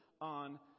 on